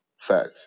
Facts